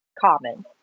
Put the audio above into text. common